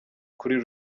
kuri